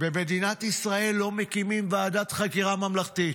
במדינת ישראל לא מקימים ועדת חקירה ממלכתית.